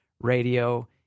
radio